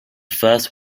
first